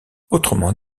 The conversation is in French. autrement